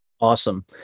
Awesome